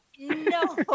No